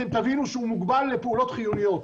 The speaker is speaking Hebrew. אתם תבינו שהוא מוגבל לפעילויות חיוניות.